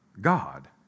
God